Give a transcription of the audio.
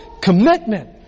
commitment